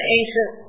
ancient